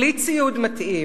בלי ציוד מתאים,